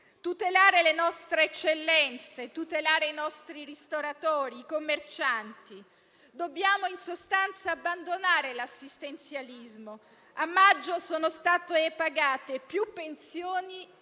tutelare le nostre eccellenze, tutelare i nostri ristoratori, i commercianti. Dobbiamo, in sostanza, abbandonare l'assistenzialismo. A maggio sono state pagate più pensioni